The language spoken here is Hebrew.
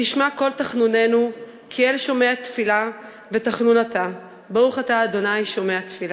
20. התחלתם בגיל חמש, יפה,